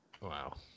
Wow